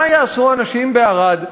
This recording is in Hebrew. מה יעשו האנשים בערד?